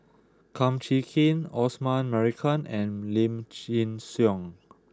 Kum Chee Kin Osman Merican and Lim Chin Siong